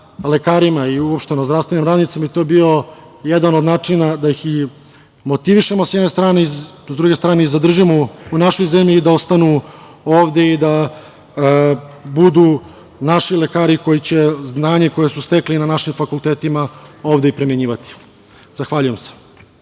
i uopšteno zdravstvenim radnicima, to bi bio jedan od načina da ih motivišemo s jedne strane, a s druge strane, i zadržimo u našoj zemlji da ostanu ovde i da budu naši lekari koji će znanje koji su stekli na našim fakultetima ovde i primenjivati. Zahvaljujem se.